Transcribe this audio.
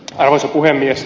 arvoisa puhemies